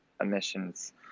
emissions